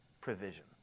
provision